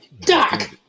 Doc